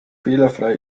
fehlerfrei